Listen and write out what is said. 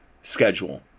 schedule